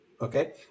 Okay